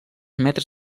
metres